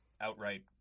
outright